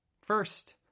First